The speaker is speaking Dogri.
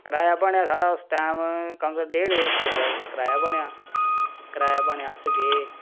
कराया बनेआ साढ़ा उस टाइम कम से कम डेढ डेढ सौ रपेआ कराया बनेआ कराया बनेआ अस गे